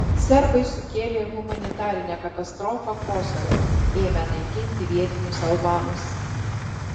serbai sukėlė humanitarinę katastrofą kosove ėmę naikinti vietinius albanus